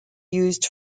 used